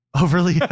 Overly